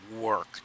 work